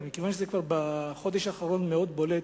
אבל כיוון שבחודש האחרון זה כבר מאוד בולט,